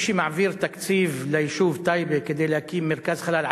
מי שמעביר תקציב ליישוב טייבה כדי להקים מרכז חלל,